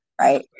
Right